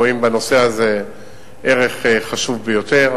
רואים בנושא הזה ערך חשוב ביותר.